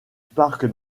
parc